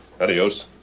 Adios